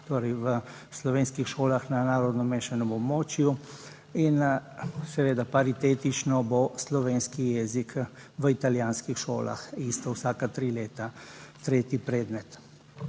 torej v slovenskih šolah na narodno mešanem območju in seveda paritetično bo slovenski jezik v italijanskih šolah isto vsaka tri leta tretji predmet.